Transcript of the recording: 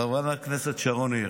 חברת הכנסת שרון ניר.